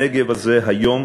הנגב הזה היום